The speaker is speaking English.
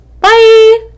Bye